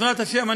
בעזרת השם,